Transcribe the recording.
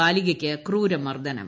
ബാലികയ്ക്ക് ക്രൂരമർദ്ദനം